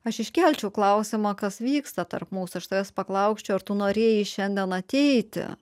aš iškelčiau klausimą kas vyksta tarp mūsų aš tavęs paklausčiau ar tu norėjai šiandien ateiti